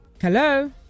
Hello